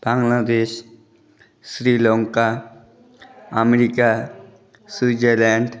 Bangladesh Sri Lanka America Switzerland